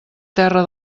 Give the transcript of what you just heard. terra